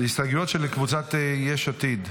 ההסתייגויות של קבוצת יש עתיד,